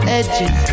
edges